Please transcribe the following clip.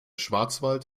schwarzwald